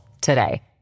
today